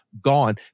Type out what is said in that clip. gone